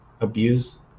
abuse